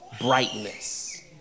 brightness